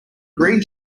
green